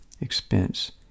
expense